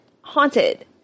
haunted